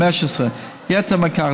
יתרה מזו,